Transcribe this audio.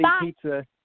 pizza